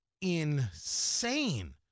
Insane